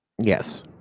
yes